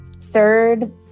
third